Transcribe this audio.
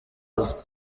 bazwi